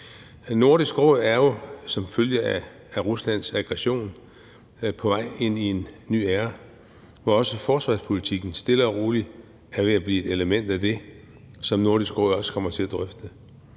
Nordisk Råd er jo som følge af Ruslands aggression på vej ind i en ny æra, hvor også forsvarspolitikken stille og roligt er ved at blive et element af det, som Nordisk Råd også kommer til at drøfte.